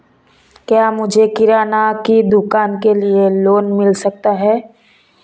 क्या मुझे किराना की दुकान के लिए लोंन मिल सकता है?